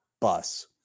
bus